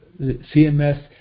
CMS